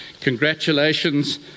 Congratulations